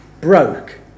broke